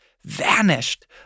vanished